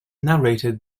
narrated